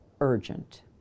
urgent